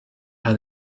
how